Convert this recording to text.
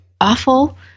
awful